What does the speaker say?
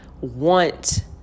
want